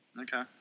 Okay